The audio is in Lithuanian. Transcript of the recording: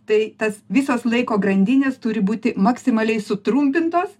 tai tas visos laiko grandinės turi būti maksimaliai sutrumpintos